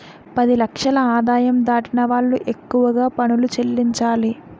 పది లక్షల ఆదాయం దాటిన వాళ్లు ఎక్కువగా పనులు చెల్లించాలి